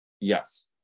Yes